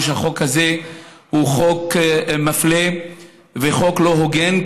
שהחוק הזה הוא חוק מפלה וחוק לא הוגן.